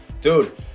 Dude